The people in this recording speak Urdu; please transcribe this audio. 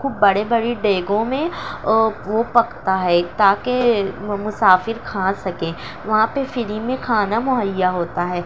خوب بڑے بڑی دیگوں میں وہ پکتا ہے تا کہ مسافر کھا سکیں وہاں پر فری میں کھانا مہیا ہوتا ہے